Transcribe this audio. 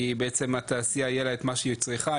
כי בעצם התעשייה יהיה לה את מה שהיא צריכה,